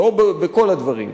לא בכל הדברים,